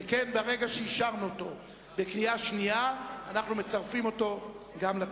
שכן ברגע שאישרנו אותו בקריאה שנייה אנחנו מצרפים אותו גם לתקציב.